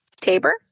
Tabor